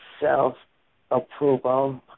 self-approval